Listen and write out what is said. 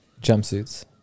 jumpsuits